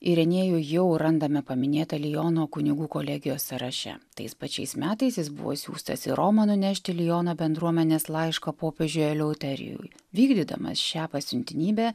irenėjų jau randame paminėtą liono kunigų kolegijos sąraše tais pačiais metais jis buvo išsiųstas į romą nunešti liono bendruomenės laiško popiežio eleuterijui vykdydamas šią pasiuntinybę